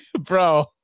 bro